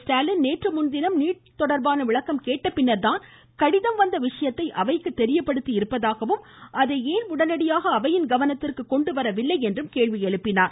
ஸ்டாலின் நேற்று முன்தினம் நீட் தொடா்பான விளக்கம் கேட்ட பிறகுதான் கடிதம் வந்த விஷயத்தை அவைக்கு தெரியப்படுத்தி இருப்பதாகவும் அதை ஏன் உடனடியாக அவையின் கவனத்திற்கு கொண்டு வரவில்லை என்றும் கேள்வி எழுப்பினார்